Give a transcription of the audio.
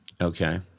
Okay